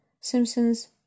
simpson's